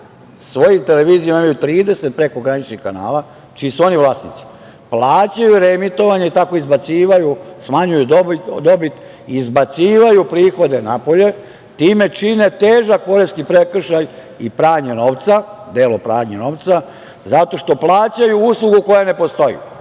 svojim televizijama, imaju preko 30 prekograničnih kanala čiji su oni vlasnici, plažaju reemitovanje i tako smanjuju dobit, izbacuju prihode napolje, čime čine težak poreski prekršaj i delo pranja novca, zato što plaćaju uslugu koja ne postoji. Ako